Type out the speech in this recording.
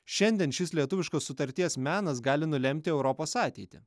šiandien šis lietuviškas sutarties menas gali nulemti europos ateitį